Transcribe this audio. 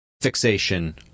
fixation